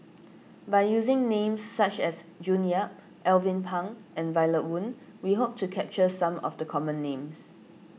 by using names such as June Yap Alvin Pang and Violet Oon we hope to capture some of the common names